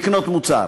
לקנות מוצר.